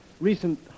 recent